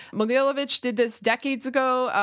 mogilevich did this decades ago.